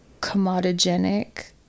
commodogenic